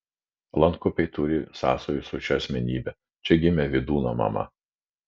lankupiai turi sąsajų su šia asmenybe čia gimė vydūno mama